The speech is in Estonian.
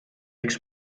üks